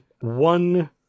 one